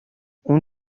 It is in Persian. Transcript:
اون